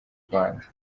rwanda